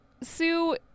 Sue